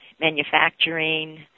manufacturing